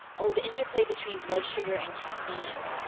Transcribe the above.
oh, the interplay between blood sugar and caffeine.